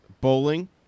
Bowling